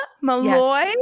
Malloy